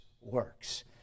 works